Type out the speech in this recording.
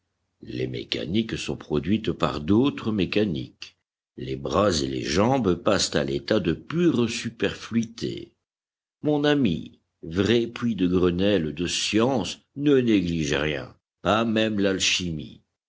les mécaniques sont produites par d'autres mécaniques les bras et les jambes passent à l'état de pures superfluités mon ami vrai puits de grenelle de science ne néglige rien pas même l'alchimie